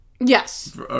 Yes